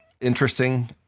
interesting